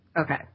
Okay